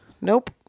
Nope